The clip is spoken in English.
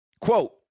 quote